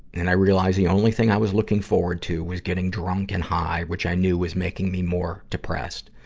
and i realized the only thing i was looking forward to was getting drunk and high, which i knew was making me more depressed.